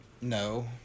No